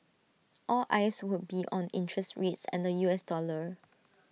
all eyes would be on interest rates and the U S dollar